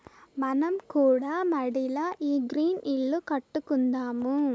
మనం కూడా మడిల ఈ గ్రీన్ ఇల్లు కట్టుకుందాము